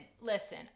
listen